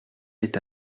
est